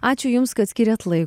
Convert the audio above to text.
ačiū jums kad skyrėt lai